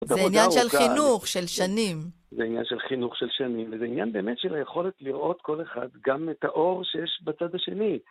זה עניין של חינוך, של שנים. זה עניין של חינוך, של שנים. וזה עניין באמת של היכולת לראות כל אחד גם את האור שיש בצד השני.